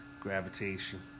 gravitation